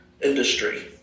industry